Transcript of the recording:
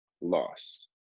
loss